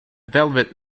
velvet